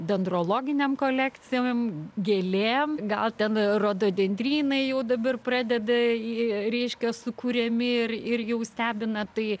dendrologinėm kolekcijom gėlėm gal ten rododendrynai jau dabar pradeda į reiškia sukuriami ir ir jau stebina tai